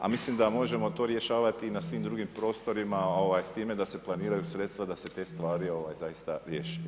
A mislim da možemo to rješavati i na svim drugim prostorima, s time da se planiraju sredstva, da se te stvari zaista riješe.